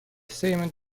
seem